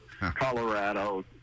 Colorado